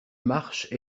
marche